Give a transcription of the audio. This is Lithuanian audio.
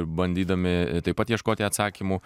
bandydami taip pat ieškoti atsakymų